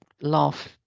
laugh